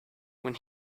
when